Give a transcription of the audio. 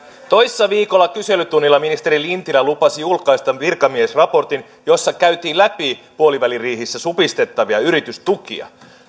toissa viikolla kyselytunnilla ministeri lintilä lupasi julkaista virkamiesraportin jossa käytiin läpi puoliväliriihessä supistettavia yritystukia